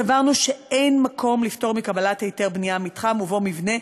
סברנו שאין מקום לפטור מקבלת היתר בנייה מתחם שבו מבנה